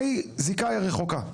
מהי זיקה רחוקה?